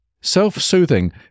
Self-soothing